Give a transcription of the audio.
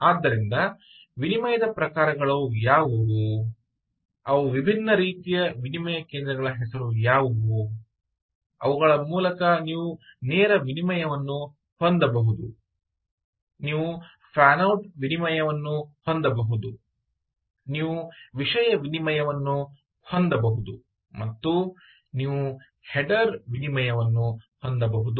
ಆದ್ದರಿಂದ ವಿನಿಮಯದ ಪ್ರಕಾರಗಳು ಯಾವುವು ಅವು ವಿಭಿನ್ನ ರೀತಿಯ ವಿನಿಮಯ ಕೇಂದ್ರಗಳ ಹೆಸರು ಯಾವುವು ಅವುಗಳ ಮೂಲಕ ನೀವು ನೇರ ವಿನಿಮಯವನ್ನು ಹೊಂದಬಹುದು ನೀವು ಫ್ಯಾನ್ ಔಟ್ ವಿನಿಮಯವನ್ನು ಹೊಂದಬಹುದು ನೀವು ವಿಷಯ ವಿನಿಮಯವನ್ನು ಹೊಂದಬಹುದು ಮತ್ತು ನೀವು ಹೆಡರ್ ವಿನಿಮಯವನ್ನು ಹೊಂದಬಹುದು